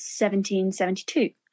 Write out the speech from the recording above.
1772